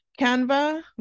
Canva